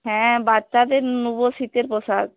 হ্যাঁ বাচ্চাদের নেবো শীতের পোশাক